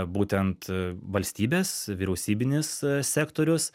būtent valstybės vyriausybinis sektorius